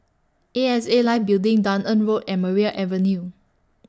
A X A Life Building Dunearn Road and Maria Avenue